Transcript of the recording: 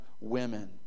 Women